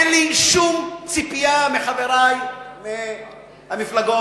אין לי שום ציפייה מחברי מהמפלגות